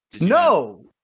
No